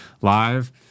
live